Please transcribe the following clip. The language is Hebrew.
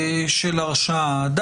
של הרשעה.